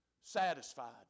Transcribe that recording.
satisfied